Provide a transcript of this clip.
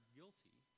guilty